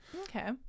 Okay